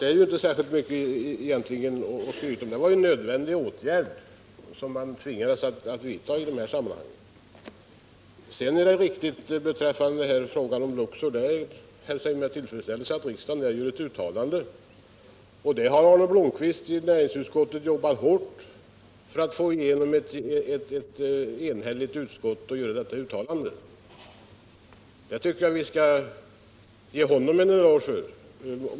Det är alltså inte särskilt mycket att skryta med. Det var åtgärder som det var nödvändigt att vidta i de här sammanhangen. Sedan är det riktigt att vi hälsar med tillfredsställelse att riksdagen gör ett uttalande beträffande Luxor. Arne Blomkvist har jobbat hårt i näringsutskottet för att få ett enhälligt uttalande från utskottet. Det tycker jag att vi skall ge honom en eloge för.